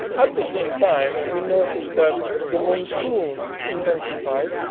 at the same time we noticed that the monsoon intensified,